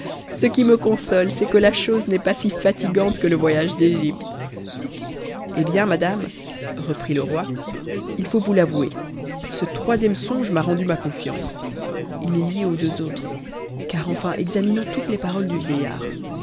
ce qui me console c'est que la chose n'est pas si fatigante que le voyage d'egypte hé bien madame reprit le roi il faut vous l'avouer ce troisième songe m'a rendu ma confiance h est lié aux deux autres c uenfin examinons toutes les paroles du vieillard